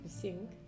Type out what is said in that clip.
sing